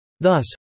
Thus